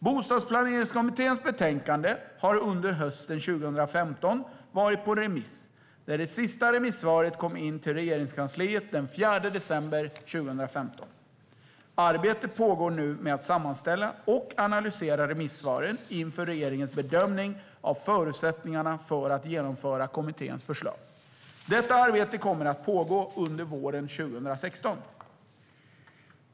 Bostadsplaneringskommitténs betänkande har under hösten 2015 varit på remiss, där det sista remissvaret kom in till Regeringskansliet den 4 december 2015. Arbete pågår nu med att sammanställa och analysera remissvaren inför regeringens bedömning av förutsättningarna för att genomföra kommitténs förslag. Detta arbete kommer att pågå under våren 2016.